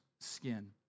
skin